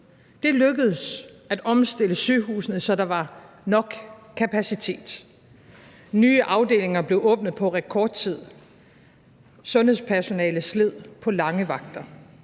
Det lykkedes at omstille sygehusene, så der var nok kapacitet. Nye afdelinger blev åbnet på rekordtid, sundhedspersonalet sled på lange vagter.